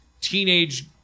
teenage